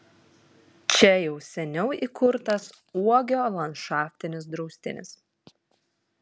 čia jau seniau įkurtas uogio landšaftinis draustinis